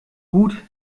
gut